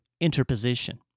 interposition